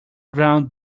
ground